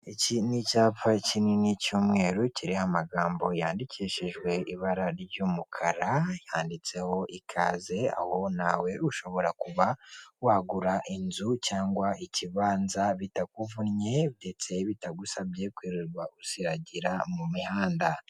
Iki ni icyapa kinini cy'umweru kiriho amagambo yandikishijwe ibara ry'umukara, handitseho ikaze aho nawe ushobora kuba wagura inzu cyangwa ikibanza bitakuvunnye ndetse bitagusabye kwirirwa usiragira mu mihanda.